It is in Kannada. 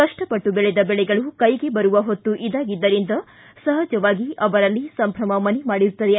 ಕಷ್ವಪಟ್ಟು ಬೆಳೆದ ಬೆಳೆಗಳು ಕೈಗೆ ಬರುವ ಹೊತ್ತು ಇದಾಗಿದ್ದರಿಂದ ಸಹಜವಾಗಿ ಅವರಲ್ಲಿ ಸಂಭ್ರಮ ಮನೆ ಮಾಡಿರುತ್ತದೆ